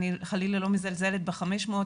אני חלילה לא מזלזלת ב-500,